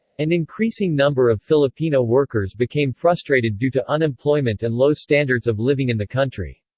an increasing number of filipino workers became frustrated due to unemployment and low standards of living in the country.